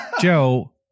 Joe